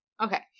Okay